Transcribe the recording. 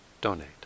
donate